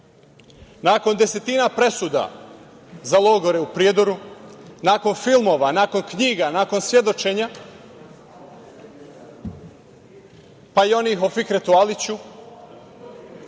desetina presuda za logore u Prijedoru, nakon filmova, nakon knjiga, nakon svedočenja, pa i onih o Fikretu Aliću,